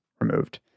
removed